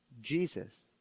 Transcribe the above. Jesus